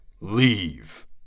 Leave